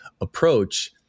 approach